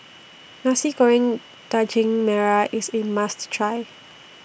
Nasi Goreng Daging Merah IS A must Try